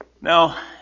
Now